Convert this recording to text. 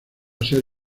ser